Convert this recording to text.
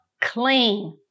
clean